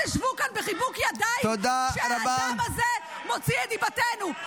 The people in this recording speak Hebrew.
אתם לא תשבו כאן בחיבוק ידיים כשהאדם הזה מוציא את דיבתנו.